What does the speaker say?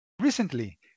Recently